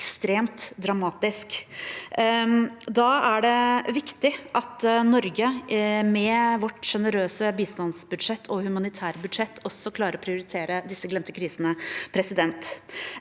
ekstremt dramatisk. Da er det viktig at Norge med sitt sjenerøse bistandsbudsjett og humanitære budsjett også klarer å prioritere disse glemte krisene. Jeg